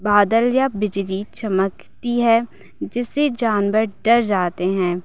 बादल या बिजली चमकती है जिससे जानवर डर जाते हैं